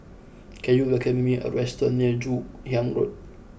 can you recommend me a restaurant near Joon Hiang Road